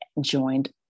joined